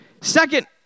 Second